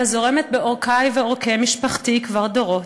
אלא זורמת בעורקי ובעורקי משפחתי כבר דורות.